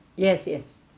yes yes